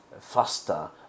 faster